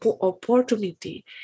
opportunity